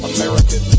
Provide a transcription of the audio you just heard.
American